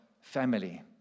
family